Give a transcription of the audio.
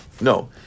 No